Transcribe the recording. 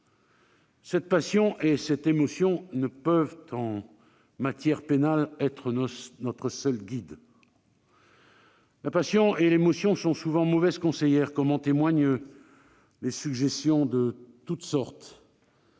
cette passion et ces émotions ne peuvent, en matière pénale, être nos seules guides. La passion et les émotions sont souvent mauvaises conseillères comme en témoignent les suggestions de toutes sortes,